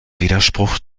widerspruch